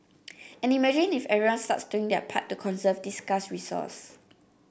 and imagine if everyone starts doing their part to conserve this scarce resource